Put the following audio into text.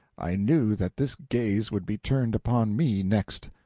i knew that this gaze would be turned upon me, next.